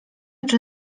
czy